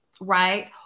right